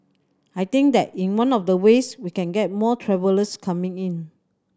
I think that in one of the ways we can get more travellers coming in